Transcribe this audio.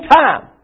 time